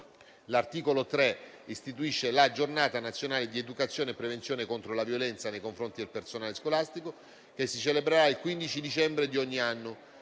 L'articolo 3 istituisce la Giornata nazionale di educazione e prevenzione contro la violenza nei confronti del personale scolastico, che si celebrerà il 15 dicembre di ogni anno.